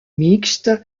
mixte